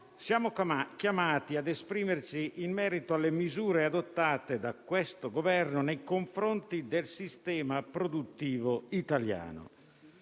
siamo chiamati ad esprimerci in merito alle misure adottate da questo Governo nei confronti del sistema produttivo italiano.